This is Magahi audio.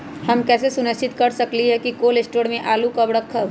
हम कैसे सुनिश्चित कर सकली ह कि कोल शटोर से आलू कब रखब?